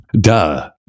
duh